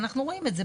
ואנחנו רואים את זה.